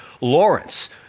Lawrence